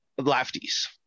lefties